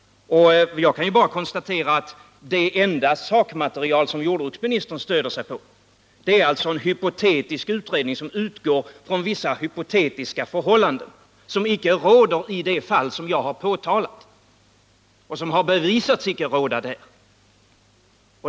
Jag kan alltså bara konstatera att det enda sakmaterial som jordbruksministern stöder sig på är en hypotetisk utredning som utgår från vissa hypotetiska förhållanden, som icke råder i de fall jag har påtalat och som har bevisats icke råda där.